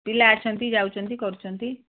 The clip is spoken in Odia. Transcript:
ପିଲା ଅଛନ୍ତି ଯାଉଛନ୍ତି କରୁଛନ୍ତି